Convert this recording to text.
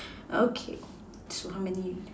okay so how many